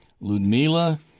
Ludmila